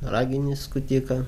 raginį skutiką